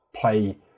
play